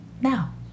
now